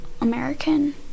American